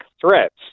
threats